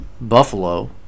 Buffalo